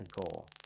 goal